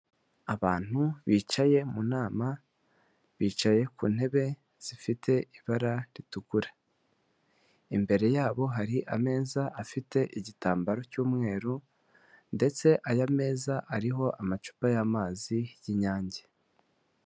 Abantu bicaye mu nama, bicaye ku ntebe zifite ibara ritukura, imbere yabo hari ameza afite igitambaro cy'umweru, ndetse aya meza ariho amacupa y'amazi y'inyange.